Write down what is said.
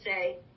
say